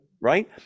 right